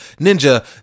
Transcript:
Ninja